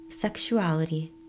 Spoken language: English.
sexuality